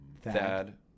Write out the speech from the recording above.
Thad